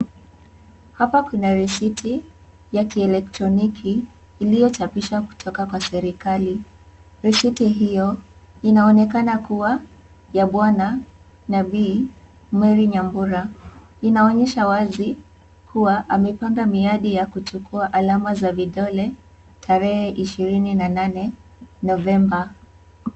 Hapa kuna risiti ya kielektroniki iliyochapisha kutoka kwa serikali. Risiti hiyo inaonekana kuwa ya Bwana na bi Mary Nyambura. Inaonyesha wazi kuwa amepanga miyadi ya kuchukua alama za vidole tarehe ishirini na nane November.